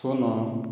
ଶୂନ